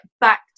back